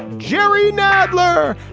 jerry nadler.